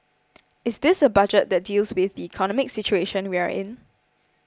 is this a budget that deals with the economic situation we are in